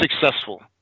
successful